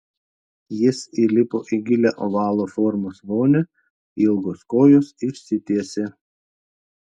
jis įlipo į gilią ovalo formos vonią ilgos kojos išsitiesė